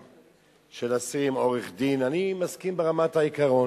אסיר עם עורך-דין) אני מסכים ברמת העיקרון,